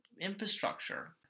infrastructure